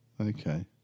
Okay